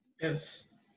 Yes